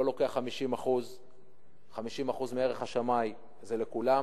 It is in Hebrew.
לא לוקח 50%. 50% מערך השמאי זה לכולם,